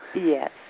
Yes